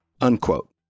unquote